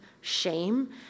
shame